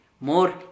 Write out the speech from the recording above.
More